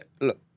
look